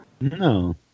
No